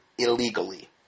Illegally